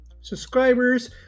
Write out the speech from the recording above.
subscribers